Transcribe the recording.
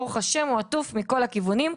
ברוך השם הוא עטוף מכל הכיוונים,